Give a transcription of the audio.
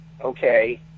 Okay